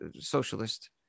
socialist